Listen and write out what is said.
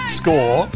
score